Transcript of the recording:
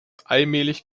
allmählich